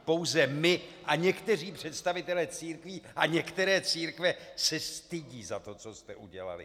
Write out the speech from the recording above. Pouze my a někteří představitelé církví a některé církve se stydí za to, co jste udělali.